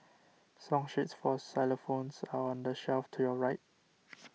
song sheets for xylophones are on the shelf to your right